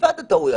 מלבד הטעויות.